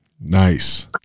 Nice